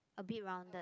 okay rounded